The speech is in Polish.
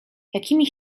jakimi